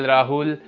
Rahul